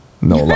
no